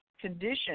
condition